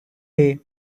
day